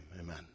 amen